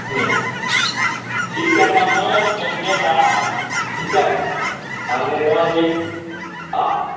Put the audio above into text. ईअं ठीकु आहे तव्हां पंज बारहं ठीकु आहे हाणे तव्हां हा